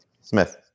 Smith